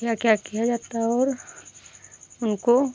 क्या क्या किया जाता है और उनको